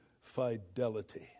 fidelity